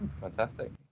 Fantastic